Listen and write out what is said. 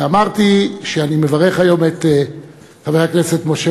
אמרתי שאני מברך היום את חבר הכנסת משה